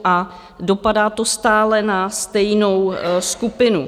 A dopadá to stále na stejnou skupinu.